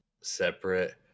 separate